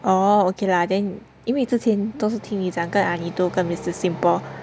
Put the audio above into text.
oh okay lah then 因为之前都是听你讲跟 Anito 跟 mister simple